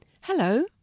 Hello